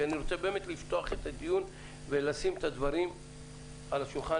אני רוצה באמת לפתוח את הדיון ולשים את הדברים על השולחן,